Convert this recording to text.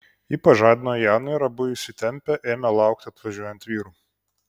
ji pažadino janą ir abu įsitempę ėmė laukti atvažiuojant vyrų